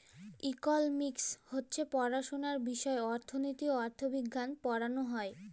economics হছে পড়াশুলার বিষয় অথ্থলিতি, অথ্থবিজ্ঞাল পড়াল হ্যয়